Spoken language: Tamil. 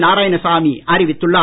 நாராயணசாமி அறிவித்துள்ளார்